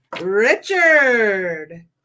Richard